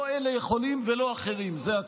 לא אלה יכולים ולא אחרים, זה הכול.